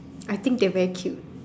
I think they very cute